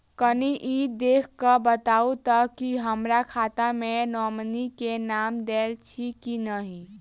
कनि ई देख कऽ बताऊ तऽ की हमरा खाता मे नॉमनी केँ नाम देल अछि की नहि?